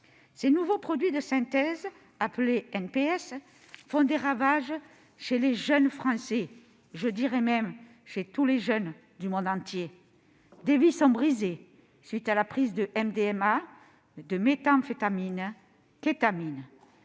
Ces nouveaux produits de synthèse (NPS) font des ravages chez les jeunes Français et, plus largement, chez les jeunes du monde entier. Des vies sont brisées à la suite de la prise de MDMA, de méthamphétamines, de kétamine